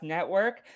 Network